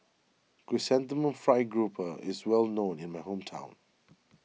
Chrysanthemum Fried Grouper is well known in my hometown